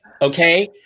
okay